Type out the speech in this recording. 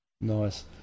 Nice